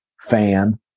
fan